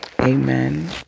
Amen